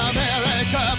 America